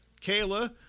Kayla